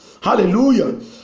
Hallelujah